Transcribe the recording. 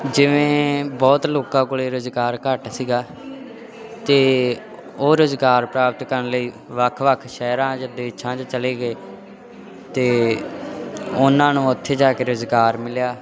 ਜਿਵੇਂ ਬਹੁਤ ਲੋਕਾਂ ਕੋਲ ਰੁਜ਼ਗਾਰ ਘੱਟ ਸੀਗਾ ਅਤੇ ਉਹ ਰੁਜ਼ਗਾਰ ਪ੍ਰਾਪਤ ਕਰਨ ਲਈ ਵੱਖ ਵੱਖ ਸ਼ਹਿਰਾਂ 'ਚ ਦੇਸ਼ਾਂ 'ਚ ਚਲੇ ਗਏ ਅਤੇ ਉਹਨਾਂ ਨੂੰ ਉੱਥੇ ਜਾ ਕੇ ਰੁਜ਼ਗਾਰ ਮਿਲਿਆ